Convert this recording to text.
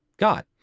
God